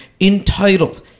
entitled